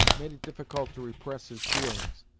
made it difficult to repress his feelings,